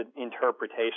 interpretation